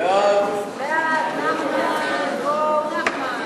סעיפים 1 3 נתקבלו.